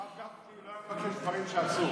הרב גפני לא היה מבקש דברים שאסור.